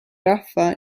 rahva